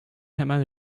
hemen